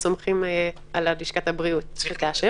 וסומכים על לשכת הבריאות שתאשר.